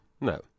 no